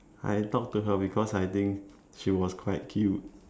I talk to her because I think she was quite cute